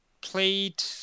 played